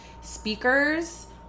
Speakers